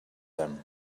them